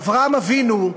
אברהם אבינו,